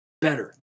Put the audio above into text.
better